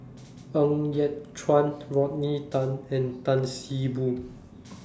Ng Yat Chuan Rodney Tan and Tan See Boo